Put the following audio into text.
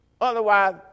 Otherwise